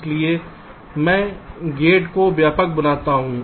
इसलिए मैं गेट को व्यापक बनाता हूं